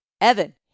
Evan